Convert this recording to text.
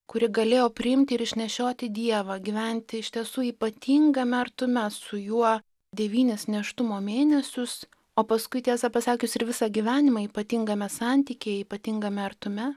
kuri galėjo priimti ir išnešioti dievą gyventi iš tiesų ypatingame artume su juo devynis nėštumo mėnesius o paskui tiesą pasakius ir visą gyvenimą ypatingame santykyje ypatingame artume